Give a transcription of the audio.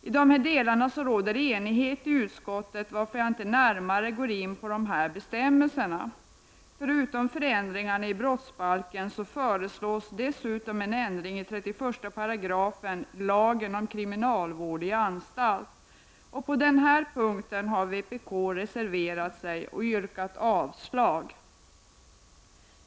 I dessa delar råder det enighet i utskottet, varför jag inte närmare går in på dessa bestämmelser. Förutom de här förändringarna i brottsbalken föreslås också en ändring i 31 § i lagen om kriminalvård i anstalt. På den punkten har vpk reserverat sig och yrkat avslag.